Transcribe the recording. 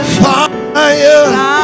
fire